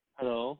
Hello